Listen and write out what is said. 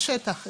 בשטח,